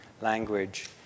language